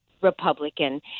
Republican